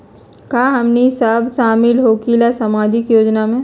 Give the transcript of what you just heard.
का हमनी साब शामिल होसकीला सामाजिक योजना मे?